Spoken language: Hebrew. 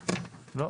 לא.